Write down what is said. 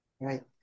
Right